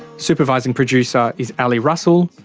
supervising producer is ali russell.